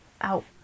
out